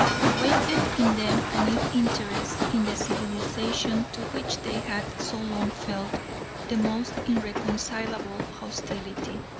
awakened in them a new interest in the civilisation to which they had so long felt the most irreconcilable hostility.